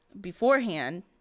beforehand